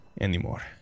anymore